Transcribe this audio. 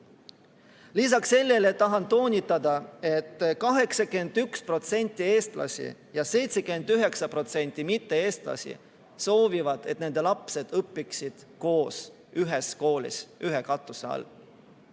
Lisaks sellele tahan toonitada, et 81% eestlasi ja 79% mitte-eestlasi soovivad, et nende lapsed õpiksid koos ühes koolis ühe katuse all.